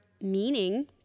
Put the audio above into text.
meaning